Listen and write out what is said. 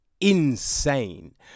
insane